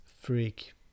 freak